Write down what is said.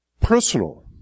Personal